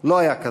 לא היה כזה.